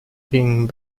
being